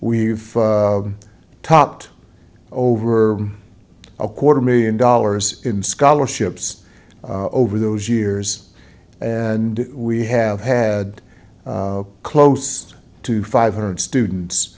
we've topped over a quarter million dollars in scholarships over those years and we have had close to five hundred students